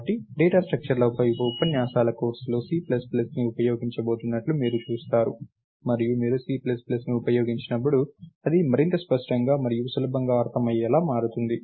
కాబట్టి డేటా స్ట్రక్చర్లపై ఉపన్యాసాల కోర్సు లో C ప్లస్ ప్లస్ని ఉపయోగించబోతున్నట్లు మీరు చూస్తారు మరియు మీరు C ప్లస్ ప్లస్ని ఉపయోగించినప్పుడు అది మరింత స్పష్టంగా మరియు సులభంగా అర్థమయ్యేలా మారుతుంది